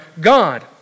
God